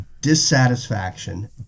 dissatisfaction